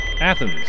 Athens